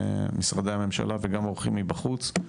משרדי הממשלה וגם אורחים מבחוץ.